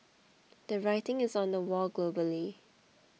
the writing is on the wall globally